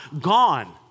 gone